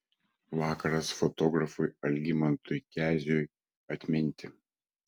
vakaras fotografui algimantui keziui atminti